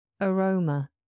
Aroma